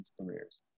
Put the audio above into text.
careers